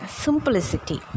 simplicity